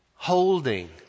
Holding